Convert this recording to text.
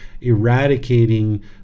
eradicating